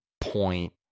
point